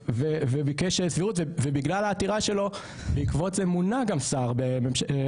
וביקש סבירות ובגלל העתירה שלו בעקבות זה מונה גם שר בממשלה,